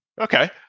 okay